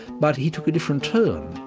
but he took a different turn.